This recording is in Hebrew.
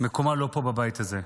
מקומה לא פה בבית הזה.